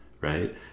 right